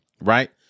right